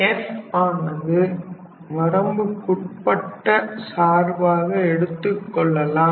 f ஆனது வரம்புக்குட்பட்ட சார்பாக எடுத்துக்கொள்ளலாம்